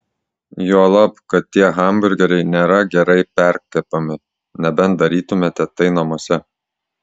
juolab kad tie hamburgeriai nėra gerai perkepami nebent darytumėte tai namuose